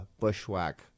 bushwhack